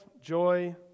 joy